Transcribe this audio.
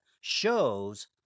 shows